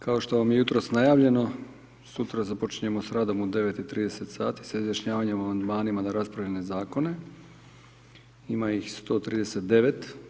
Kao što vam je jutros najavljeno, sutra započinjemo s radom u 09:30 sati, sa izjašnjavanjem o amandmanima na raspravljene Zakone, ima ih 139.